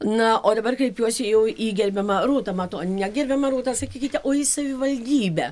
na o dabar kreipiuosi jau į gerbiamą rūtą matonienę gerbiama rūta sakykite o į savivaldybę